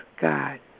God